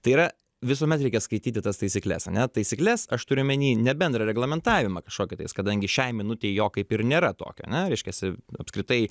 tai yra visuomet reikia skaityti tas taisykles ane taisykles aš turiu omeny ne bendrą reglamentavimą kažkokį tais kadangi šiai minutei jo kaip ir nėra tokio ane reiškiasi apskritai